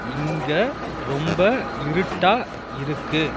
இங்கே ரொம்ப இருட்டாக இருக்கு